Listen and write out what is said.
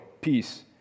peace